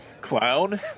Clown